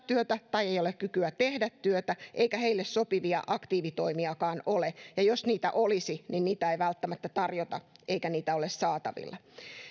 työtä tai ei ole kykyä tehdä työtä eikä heille sopivia aktiivitoimiakaan ole ja jos niitä olisi niin niitä ei välttämättä tarjota eikä niitä ole saatavilla